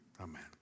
Amen